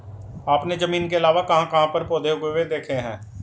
आपने जमीन के अलावा कहाँ कहाँ पर पौधे उगे हुए देखे हैं?